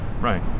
Right